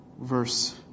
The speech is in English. Verse